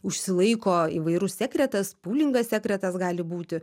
užsilaiko įvairus sekretas pūlingas sekretas gali būti